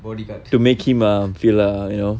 what do you got to make him a few lah you know